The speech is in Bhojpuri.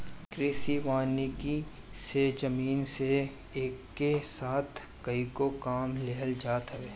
कृषि वानिकी से जमीन से एके साथ कएगो काम लेहल जात हवे